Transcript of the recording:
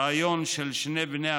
ריאיון של שני בני הזוג,